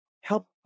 help